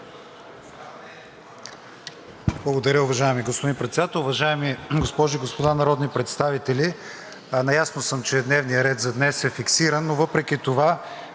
Благодаря, уважаеми господин Председател. Уважаеми госпожи и господа народни представители! Наясно съм, че дневният ред за днес е фиксиран, но въпреки това